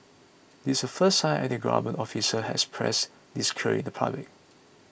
this the first time any government official has expressed this clearly in public